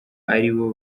aribo